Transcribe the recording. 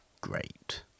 great